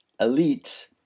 elites